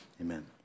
amen